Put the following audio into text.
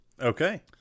Okay